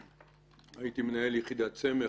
הייתי מנהל יחידת סמך,